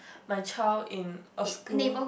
my child in a school